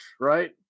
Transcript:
right